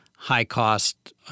high-cost